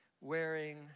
wearing